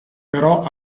però